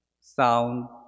sound